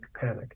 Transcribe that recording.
panic